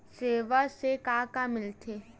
सेवा से का का मिलथे?